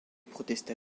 protesta